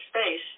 space